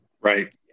Right